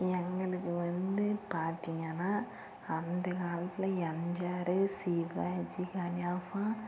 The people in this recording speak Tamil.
எங்களுக்கு வந்த பார்த்திங்கனா அந்தக் காலத்தில் எம்ஜிஆர் சிவாஜி